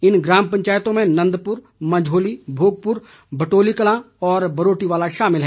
इन ग्राम पंचायतों में नंदपुर मंझोली भोगपुर भटोलीकलां और बरोटीवाला शामिल है